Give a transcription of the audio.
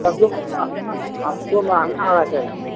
मंहगा हमको मंहगा वाला चाहिए